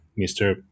Mr